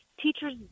teachers